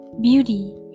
beauty